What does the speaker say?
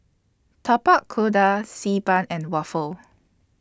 Tapak Kuda Xi Ban and Waffle